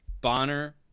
Bonner